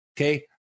Okay